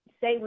Say